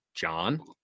John